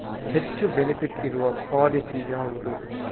ಹೆಚ್ಚು ಬೆನಿಫಿಟ್ ಇರುವ ಪಾಲಿಸಿ ಯಾವುದು?